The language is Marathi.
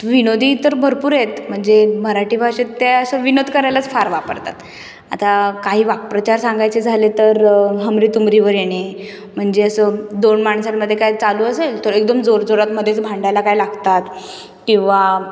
विनोदी तर भरपूर आहेत म्हणजे मराठी भाषेत त्या असं विनोद करायलाच फार वापरतात आता काही वाक्प्रचार सांगायचे झाले तर हमरी तुमरीवर येणे म्हणजे असं दोन माणसांमध्ये काही चालू असेल तर एकदम जोरजोरात मध्येच भांडायला काय लागतात किंवा